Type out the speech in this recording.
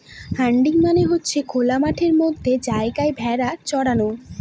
herding মানে হচ্ছে খোলা মাঠের মতো জায়গায় ভেড়া চরানো